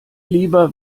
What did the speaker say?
lieber